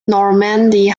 normandy